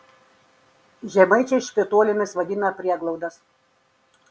žemaičiai špitolėmis vadina prieglaudas